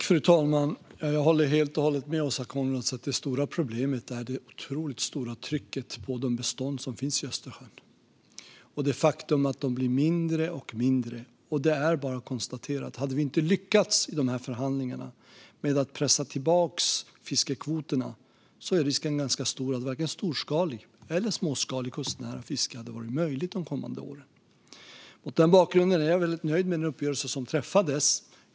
Fru talman! Jag håller helt och hållet med Åsa Coenraads om att det stora problemet är det otroligt stora trycket på de bestånd som finns i Östersjön och det faktum att dessa blir mindre och mindre. Hade vi inte lyckats i de här förhandlingarna med att pressa tillbaka fiskekvoterna är risken ganska stor att varken storskaligt eller småskaligt kustnära fiske hade varit möjligt de kommande åren. Det är bara att konstatera. Mot den bakgrunden är jag väldigt nöjd med den uppgörelse som träffades.